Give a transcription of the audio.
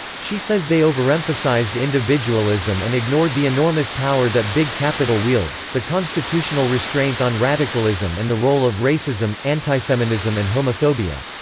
she says they overemphasized individualism and ignored the enormous power that big capital wields, the constitutional restraints on radicalism and the role of racism, antifeminism and homophobia.